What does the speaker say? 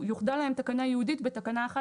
יוחדה להם תקנה ייעודית בתקנה 11,